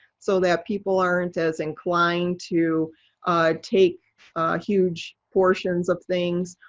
so that people aren't as inclined to take huge portions of things.